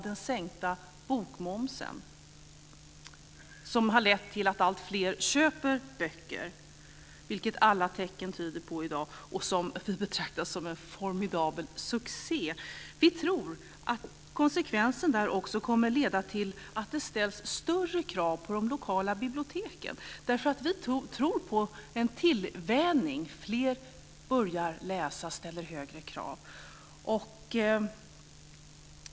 Den sänkta bokmomsen har lett till att alltfler köper böcker - alla tecken tyder på det i dag - och den har blivit en formidabel succé. Vi tror att den kommer att leda till att det ställs större krav på de lokala biblioteken. Vi tror på en tillvänjning, så att fler börjar läsa och ställer högre krav.